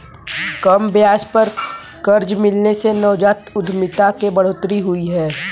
कम ब्याज पर कर्ज मिलने से नवजात उधमिता में बढ़ोतरी हुई है